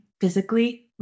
physically